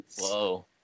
Whoa